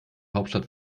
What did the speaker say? hauptstadt